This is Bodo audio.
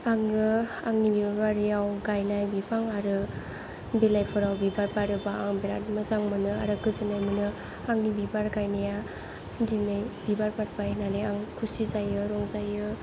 आङो आंनि बिबार बारियाव गायनाय बिफां आरो बिलाइफोराव बिबार बारोबा आं बेराद मोजां मोनो आरो गोजोननाय मोनो आंनि बिबार गायनाया दिनै बिबार बारबाय होननानै आं खुसि जायो रंजायो